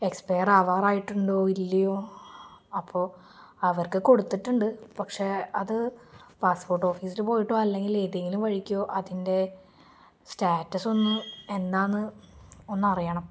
expire ആകാറായിട്ടുണ്ടോ ഇല്ലയോ അപ്പോള് അവർക്ക് കൊടുത്തിട്ടുണ്ട് പക്ഷേ അത് പാസ്പോർട്ട് ഓഫീസില് പോയിട്ടോ അല്ലെങ്കിൽ ഏതെങ്കിലും വഴിക്കോ അതിൻ്റെ സ്റ്റാറ്റസൊന്ന് എന്താണെന്ന് ഒന്നറിയണം